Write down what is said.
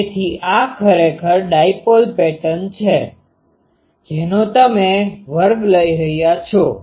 તેથી આ ખરેખર ડાયપોલ પેટર્ન છે જેનો તમે વર્ગ લઇ રહ્યા છો